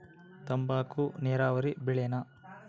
ತಂಬಾಕು ನೇರಾವರಿ ಬೆಳೆನಾ?